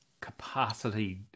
capacity